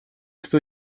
кто